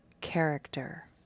character